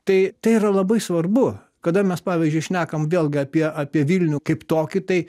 tai tai yra labai svarbu kada mes pavyzdžiui šnekam vėlgi apie apie vilnių kaip tokį tai